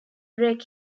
break